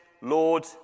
Lord